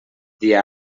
dia